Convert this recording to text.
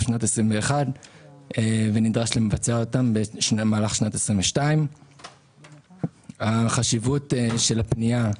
שנת 2021 ונדרש לבצע אותם במהלך שנת 2022. החשיבות של הפנייה,